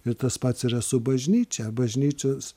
ir tas pats yra su bažnyčia bažnyčios